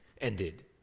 ended